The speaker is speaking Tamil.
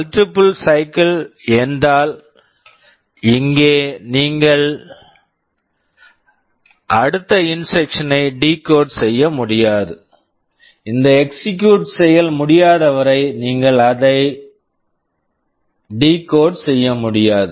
மல்ட்டிப்பிள் சைக்கிள் multiple cycle என்றால் இங்கே நீங்கள் அடுத்த இன்ஸ்ட்ரக்க்ஷன் instruction ஐ டிகோட் decode செய்ய முடியாது இந்த எக்க்ஷிகுயூட் execute செயல் முடியாதவரை நீங்கள் அதை டிகோட் decode செய்ய முடியாது